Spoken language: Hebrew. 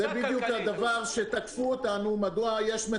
למה לא